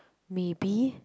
maybe